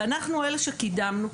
ואנחנו אלה שקידמנו,